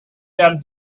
that